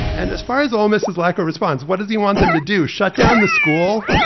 and as far as almost his lack of response, what does he want them to do? shut down the school,